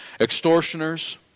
Extortioners